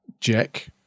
Jack